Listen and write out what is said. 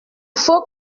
faut